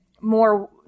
more